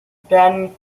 ben